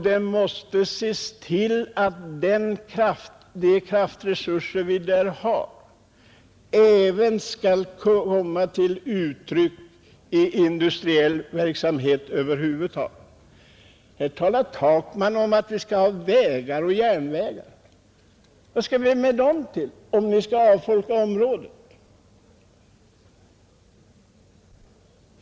Det måste ses till att de kraftresurser som vi har där kommer till användning i industriell verksamhet. Här talar herr Takman om att vi skall ha vägar och järnvägar. Vad skall vi med dem till om vi skall avfolka olika områden?